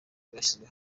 bashyizwe